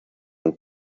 und